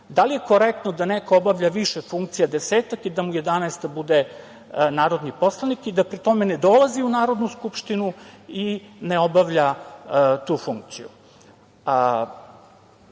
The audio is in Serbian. da li je korektno da neko obavlja više funkcija, desetak i da mu jedanaesta bude narodni poslanik i da pri tome ne dolazi u Narodnu skupštinu i ne obavlja tu funkciju. Ne